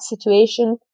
situation